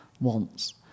wants